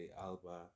Alba